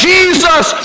Jesus